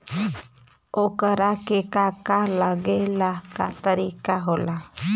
ओकरा के का का लागे ला का तरीका होला?